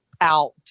out